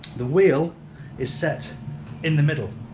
the wheel is set in the middle